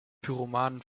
pyromanen